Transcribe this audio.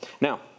Now